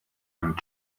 and